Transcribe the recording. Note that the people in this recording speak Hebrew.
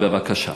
בבקשה.